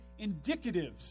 indicatives